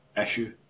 issue